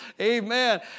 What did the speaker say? Amen